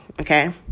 okay